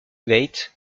gate